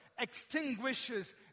Extinguishes